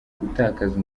gutakaza